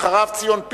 ואחריו, ציון פיניאן.